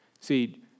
See